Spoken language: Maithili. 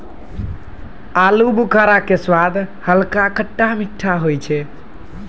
आलूबुखारा के स्वाद हल्का खट्टा मीठा होय छै